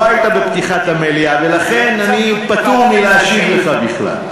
לא היית בפתיחת המליאה ולכן אני פטור מלהשיב לך בכלל.